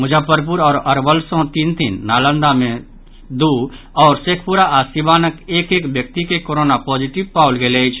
मुजफ्फरपुर आओर अरवल सँ तीन तीन नालंदा सँ दू आओर शेखपुरा आ सीवानक एक एक व्यक्ति के कोरोना पॉजिटिव पाओल गेल अछि